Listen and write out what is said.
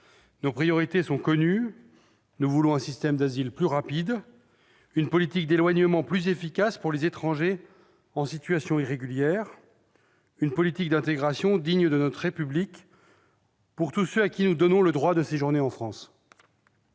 Nos priorités sont connues. Nous voulons un système d'asile plus rapide, une politique d'éloignement plus efficace pour les étrangers en situation irrégulière, une politique d'intégration digne de notre République pour tous ceux à qui nous donnons le droit de séjourner en France.